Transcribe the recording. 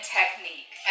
technique